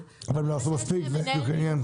אם הם לא מספיק, זה בדיוק העניין.